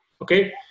Okay